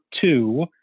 two